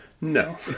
No